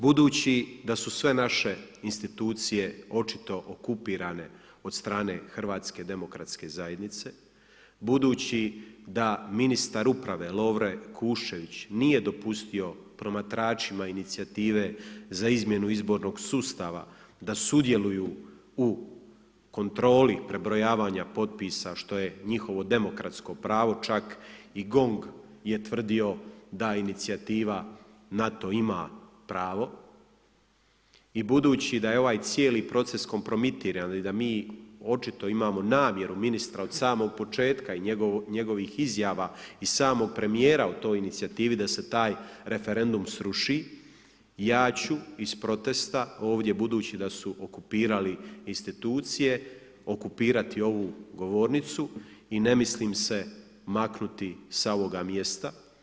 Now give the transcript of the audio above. Budući da su sve naše institucije očito okupirane od strane HDZ-a, budući da ministar uprave Lovro Kuščević nije dopustio promatračima Inicijative za izmjenu izbornog sustava da sudjeluju u kontroli prebrojavanja potpisa što je njihovo demokratsko pravo, čak i GONG je tvrdio da Inicijativa na to ima pravo i budući da je ovaj cijeli proces kompromitiran i da mi očito imamo namjeru ministra od samog početka i njegovih izjava i samog premijera o toj inicijativi da se taj referendum sruši ja ću iz protesta ovdje budući da su okupirali institucije okupirati ovu govornicu i ne mislim se maknuti sa ovoga mjesta.